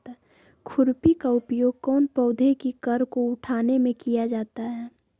खुरपी का उपयोग कौन पौधे की कर को उठाने में किया जाता है?